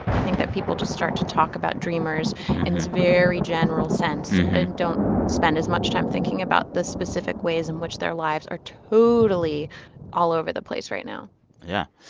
i think that people just start to talk about dreamers in this very general sense and don't spend as much time thinking about the specific ways in which their lives are totally all over the place right now yeah.